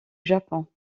japon